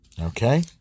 Okay